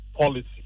policy